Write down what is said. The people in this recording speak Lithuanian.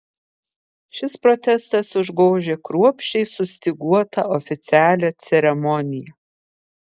šis protestas užgožė kruopščiai sustyguotą oficialią ceremoniją